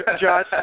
Josh